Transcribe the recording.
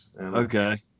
Okay